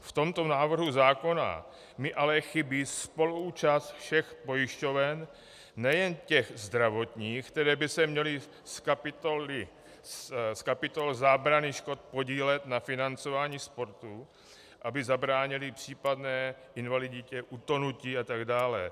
V tomto návrhu zákona mi ale chybí spoluúčast všech pojišťoven, nejen těch zdravotních, které by se měly z kapitol zábrany škod podílet na financování sportu, aby zabránily případné invaliditě, utonutí atd.